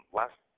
last